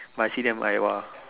but I see them I !wah!